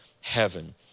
heaven